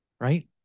right